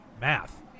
math